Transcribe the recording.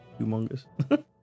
Humongous